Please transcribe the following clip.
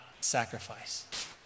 Sacrifice